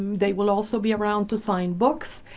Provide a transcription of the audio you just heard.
they will also be around to sign books.